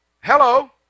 Hello